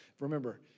remember